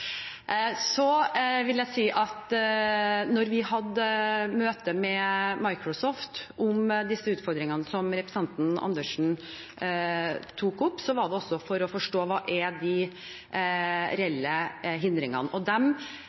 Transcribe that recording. vi hadde møte med Microsoft om de utfordringene som representanten Andersen tar opp, var det også for å forstå hva de reelle hindringene er. Og